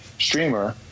Streamer